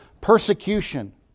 persecution